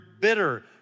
bitter